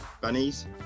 Bunnies